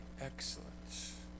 excellence